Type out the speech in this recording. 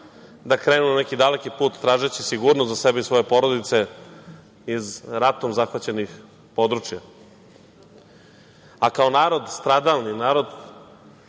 da krenu na neki daleki put tražeći sigurnost za sebe i svoje porodice iz ratom zahvaćenih područja.A kao narod, stradalni narod